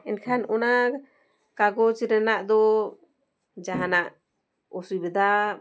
ᱮᱱᱠᱷᱟᱱ ᱚᱱᱟ ᱠᱟᱜᱚᱡᱽ ᱨᱮᱱᱟᱜ ᱫᱚ ᱡᱟᱦᱟᱱᱟᱜ ᱚᱥᱩᱵᱤᱫᱷᱟ